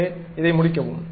எனவே இதை முடிக்கவும்